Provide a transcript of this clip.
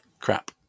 crap